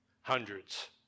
Hundreds